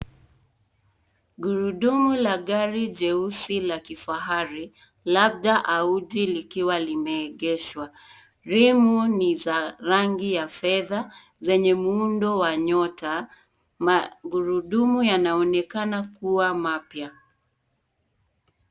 Gurudumu la gari jeusi la kifahari labda Audi likiwa limeegeshwa. Rimu ni za rangi ya fedha zenye muundo wa nyota. Magurudumu yanaonekana kuwa mapya.